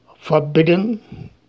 forbidden